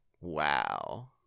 wow